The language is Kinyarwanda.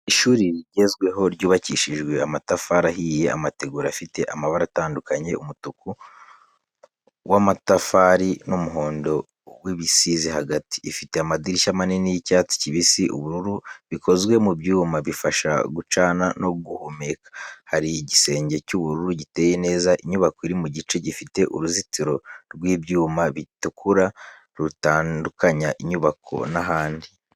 Ishuri rigezweho ryubakishijwe amatafari ahiye, amategura afite amabara atandukanye, umutuku w’amatafari n’umuhondo w’ibisize hagati. Ifite amadirishya manini y’icyatsi kibisi, ubururu bikozwe mu byuma, bifasha gucana no guhumeka. Hari igisenge cy’ubururu giteye neza. Inyubako iri mu gice gifite uruzitiro rw’ibyuma bitukura rutandukanya inyubako n’ahandi.